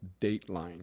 dateline